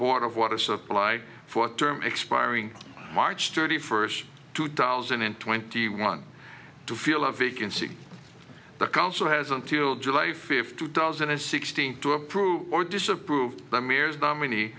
board of water supply for term expiring march thirty first two thousand and twenty one to feel a vacancy the council has until july fifth two thousand and sixteen to approve or disapprove